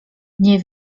nie